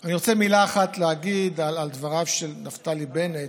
אני רוצה להגיד מילה אחת על דבריו של נפתלי בנט,